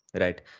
right